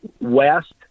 west